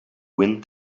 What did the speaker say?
wind